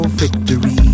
victory